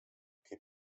kaip